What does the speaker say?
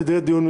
שמעתי.